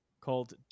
called